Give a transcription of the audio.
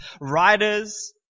writers